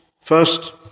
first